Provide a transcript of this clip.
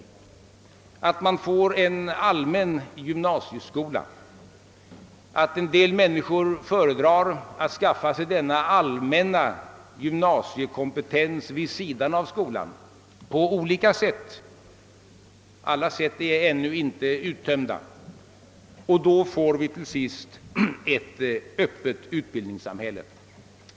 Vi kommer att få en allmän gymnasie skola; en del människor kommer att föredra att på olika sätt — alla möjligheter är här ännu inte uttömda — skaffa sig en allmän gymnasiekompetens vid sidan av skolan. Resultatet blir då till sist ett öppet utbildningssamhälle.